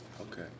Okay